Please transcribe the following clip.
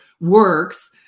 works